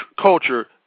culture